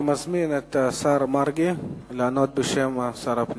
אני מזמין את השר מרגי לענות בשם שר הפנים.